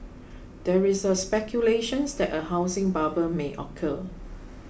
there is a speculation that a housing bubble may occur